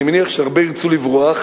אני מניח שהרבה ירצו לברוח.